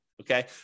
Okay